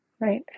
right